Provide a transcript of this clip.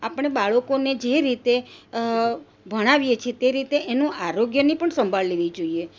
આપણે બાળકોને જે રીતે ભણાવીએ છીએ તે રીતે એનું આરોગ્યની પણ સંભાળ લેવી જોઈએ